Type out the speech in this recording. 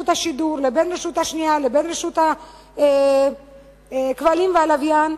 השידור לבין הרשות השנייה לבין רשות הכבלים והלוויין.